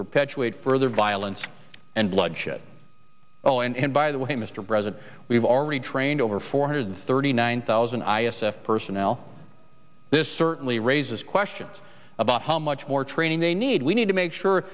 perpetuate further violence and bloodshed by the way mr president we've already trained over four hundred thirty nine thousand i s f personnel this certainly raises questions about how much more training they need we need to make sure